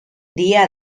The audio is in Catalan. dia